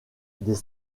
des